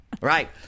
Right